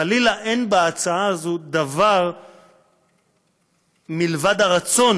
חלילה אין בהצעה הזאת דבר מלבד הרצון